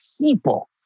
people